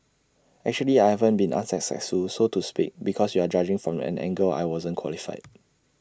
actually I haven't been unsuccessful so to speak because you are judging from an angle I wasn't qualified